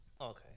Okay